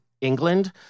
England